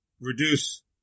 reduce